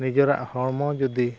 ᱱᱤᱡᱮᱨᱟᱜ ᱦᱚᱲᱢᱚ ᱡᱩᱫᱤ